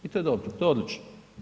I to je dobro, to je odlično.